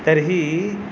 तर्हि